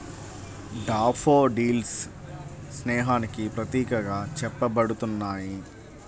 daffodils స్నేహానికి ప్రతీకగా చెప్పబడుతున్నాయి